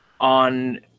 on